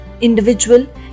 individual